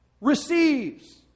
receives